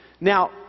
Now